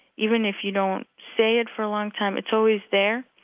even if you don't say it for a long time, it's always there.